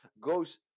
goes